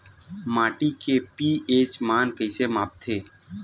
माटी के पी.एच मान कइसे मापथे?